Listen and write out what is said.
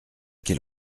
qu’il